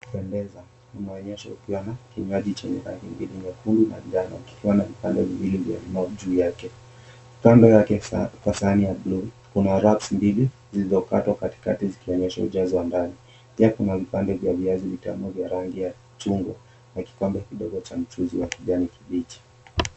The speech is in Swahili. ...pendeza inaonyeshwa kukiwa na kinywaji chenye rangi mbili nyekundu na njano, kukiwa na vipande viwili vya limau juu yake. Kando yake kwa sahani ya buluu, kuna wraps mbili zilizokatwa katikati zikionyesha ujazo wa ndani, pia kuna vipande vya viazi vitamu vya rangi ya chungwa na kikombe kidogo cha mchuzi wa kijani kibichi.